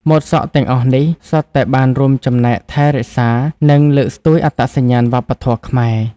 ម៉ូតសក់ទាំងអស់នេះ សុទ្ធតែបានរួមចំណែកថែរក្សា និងលើកស្ទួយអត្តសញ្ញាណវប្បធម៌ខ្មែរ។